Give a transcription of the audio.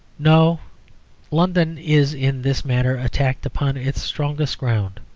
no london is in this matter attacked upon its strongest ground.